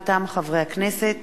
מטעם הכנסת,